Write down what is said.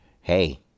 hey